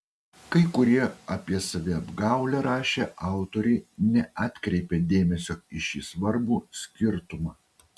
kai kurie apie saviapgaulę rašę autoriai neatkreipė dėmesio į šį svarbų skirtumą